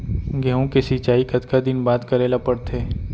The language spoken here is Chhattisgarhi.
गेहूँ के सिंचाई कतका दिन बाद करे ला पड़थे?